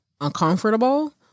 uncomfortable